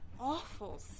awful